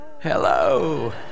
Hello